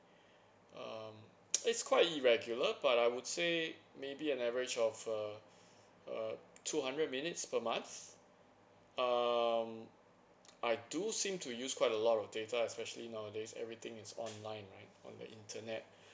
um it's quite irregular but I would say maybe an average of uh uh two hundred minutes per month um I do seem to use quite a lot of data especially nowadays everything is online right on the internet